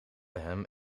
hem